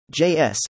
JS